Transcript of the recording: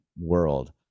world